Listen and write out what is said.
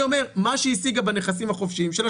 ולכן אני אומר שמה שהיא השיגה בנכסים החופשיים שלה,